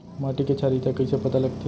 माटी के क्षारीयता कइसे पता लगथे?